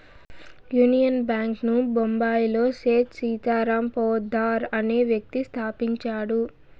union Bank ను బొంబాయిలో సేథ్ సీతారాం పోద్దార్ అనే వ్యక్తి స్థాపించాడు